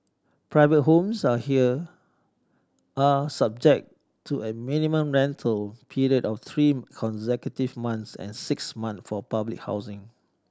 private homes are here are subject to a minimum rental period of three consecutive months and six months for public housing